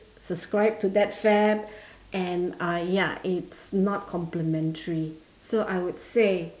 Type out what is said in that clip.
subscribed to that fad and uh ya it's not complimentary so I would say